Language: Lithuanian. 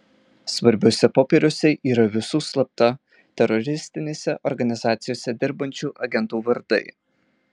svarbiuose popieriuose yra visų slapta teroristinėse organizacijose dirbančių agentų vardai